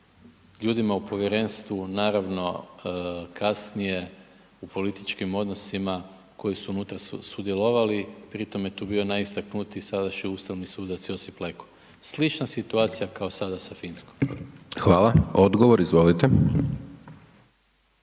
ljudima u povjerenstvu naravno kasnije u političkim odnosima koji su unutra sudjelovali pri tome je tu bio najistaknutiji sadašnji ustavni sudac Josip Leko. Slična situacija kao sada sa Finskom. **Hajdaš Dončić,